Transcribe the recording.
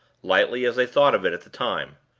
lightly as they thought of it at the time.